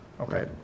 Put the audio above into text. okay